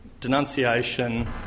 denunciation